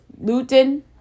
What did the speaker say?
Luton